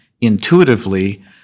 intuitively